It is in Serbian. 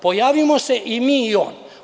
Pojavimo se i mi i on.